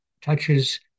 touches